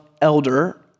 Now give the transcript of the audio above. elder